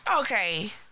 Okay